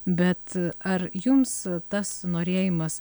bet ar jums tas norėjimas